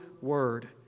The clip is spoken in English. word